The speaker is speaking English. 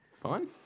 Fun